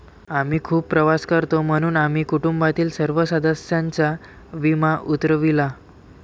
आम्ही खूप प्रवास करतो म्हणून आम्ही कुटुंबातील सर्व सदस्यांचा विमा उतरविला